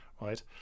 right